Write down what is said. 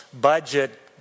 budget